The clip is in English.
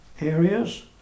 areas